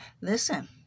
listen